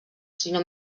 sinó